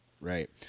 Right